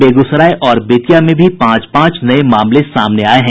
बेगूसराय और बेतिया में भी पांच पांच नये मामले सामने आये हैं